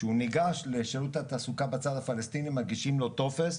כשהוא ניגש בצד הפלסטיני מגישים לו טופס,